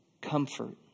Comfort